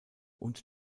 und